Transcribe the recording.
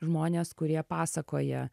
žmonės kurie pasakoja